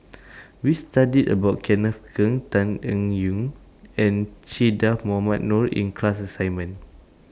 We studied about Kenneth Keng Tan Eng Yoon and Che Dah Mohamed Noor in class assignment